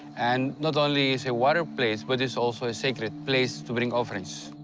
and not only it's a water place, but it's also a sacred place to bring offerings.